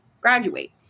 graduate